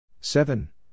seven